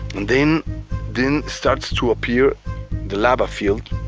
and then then starts to appear the lava field.